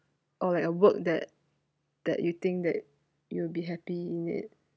or like a work that that you think that you will be happy in it